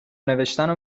نوشتنو